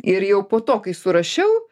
ir jau po to kai surašiau